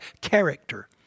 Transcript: character